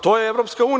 To je EU.